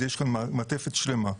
יש כאן מעטפת שלמה.